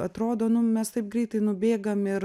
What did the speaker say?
atrodo nu mes taip greitai nubėgam ir